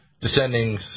descending